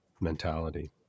mentality